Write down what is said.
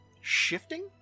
shifting